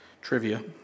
Trivia